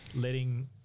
letting